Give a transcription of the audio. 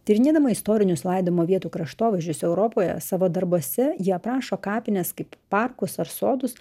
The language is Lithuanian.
tyrinėdama istorinius laidojimo vietų kraštovaizdžius europoje savo darbuose ji aprašo kapines kaip parkus ar sodus